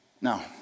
Now